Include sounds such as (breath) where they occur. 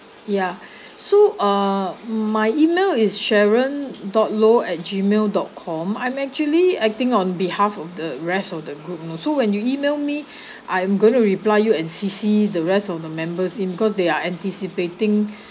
yeah (breath) so uh my email is sharon dot law at gmail dot com I'm actually acting on behalf of the rest of the group know so when you email me (breath) I am going to reply you and C_C the rest of the members in because they are anticipating